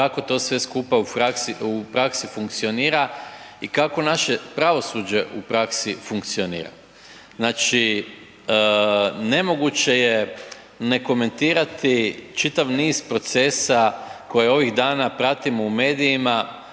kako to sve skupa u praksi funkcionira i kako naše pravosuđe u praksi funkcionira. Znači nemoguće je ne komentirati čitav niz procesa koje ovih dana pratimo u medijima